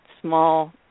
small